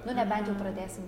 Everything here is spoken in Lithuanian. nu nebent jau pradėsim